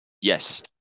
Yes